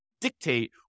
dictate